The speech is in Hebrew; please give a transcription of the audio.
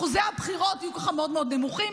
אחוזי הבחירות יהיו ככה מאוד מאוד נמוכים,